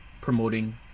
Promoting